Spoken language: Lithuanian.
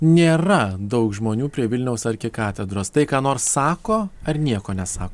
nėra daug žmonių prie vilniaus arkikatedros tai ką nors sako ar nieko nesak